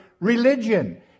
religion